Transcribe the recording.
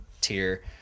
tier